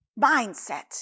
mindset